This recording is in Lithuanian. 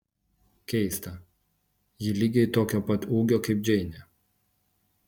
keista ji lygiai tokio pat ūgio kaip džeinė